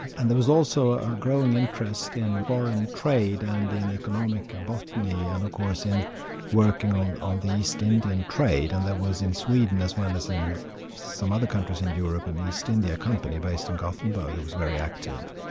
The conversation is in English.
and there was also a growing interest in foreign trade and in economic botany and of course in working on on the east indian trade, and there was in sweden as well as in some other countries in europe an east india company based in gothenberg, which was very active.